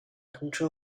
通车